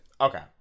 Okay